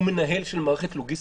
הוא מנהל של מערכת לוגיסטית,